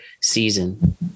season